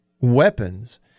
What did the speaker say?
weapons